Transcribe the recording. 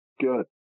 Good